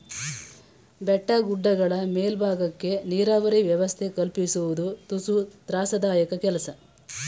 ಬೆಟ್ಟ ಗುಡ್ಡಗಳ ಮೇಲ್ಬಾಗಕ್ಕೆ ನೀರಾವರಿ ವ್ಯವಸ್ಥೆ ಕಲ್ಪಿಸುವುದು ತುಸು ತ್ರಾಸದಾಯಕ ಕೆಲಸ